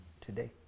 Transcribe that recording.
today